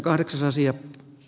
varapuhemies